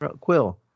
Quill